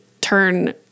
turn